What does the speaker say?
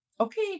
okay